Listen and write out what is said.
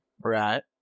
Right